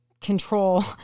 control